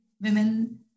women